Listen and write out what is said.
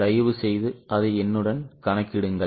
தயவுசெய்து அதை என்னுடன் கணக்கிடுங்கள்